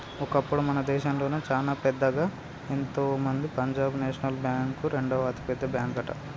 ఒకప్పుడు మన దేశంలోనే చానా పెద్దదా ఎంతుందో పంజాబ్ నేషనల్ బ్యాంక్ రెండవ అతిపెద్ద బ్యాంకట